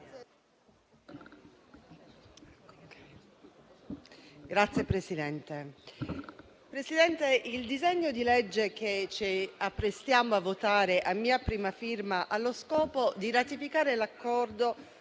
(PD-IDP). Signor Presidente, il disegno di legge che ci apprestiamo a votare, a mia prima firma, ha lo scopo di ratificare l’Accordo